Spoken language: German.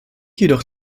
jedoch